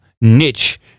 niche